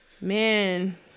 man